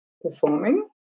performing